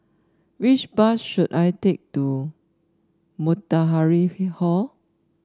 which bus should I take to Matahari he Hall